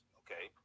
okay